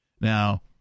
Now